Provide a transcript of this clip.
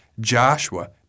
Joshua